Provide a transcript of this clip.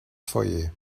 foyer